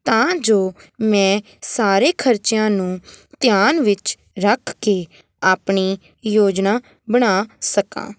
ਤਾਂ ਜੋ ਮੈਂ ਸਾਰੇ ਖਰਚਿਆਂ ਨੂੰ ਧਿਆਨ ਵਿੱਚ ਰੱਖ ਕੇ ਆਪਣੀ ਯੋਜਨਾ ਬਣਾ ਸਕਾਂ